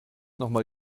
nochmal